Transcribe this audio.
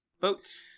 Boats